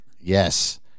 Yes